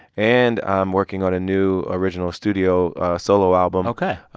and i'm working on a new original studio solo album. ok.